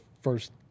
first